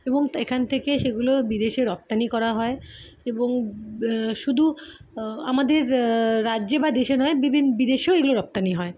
এবং এখান থেকে সেগুলো বিদেশে রপ্তানি করা হয় এবং শুধু আমাদের রাজ্যে বা দেশে নয় বিভিন্ন বিদেশেও এগুলো রপ্তানি হয়